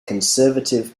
conservative